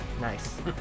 nice